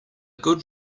good